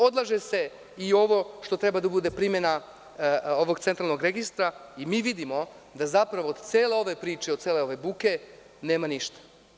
Odlaže se i ovo što treba da bude primena Centralnog registra i mi vidimo da zapravo od cele ove priče i od cele ove buke nema ništa.